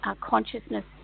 consciousness